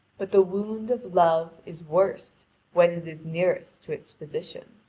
but the wound of love is worst when it is nearest to its physician.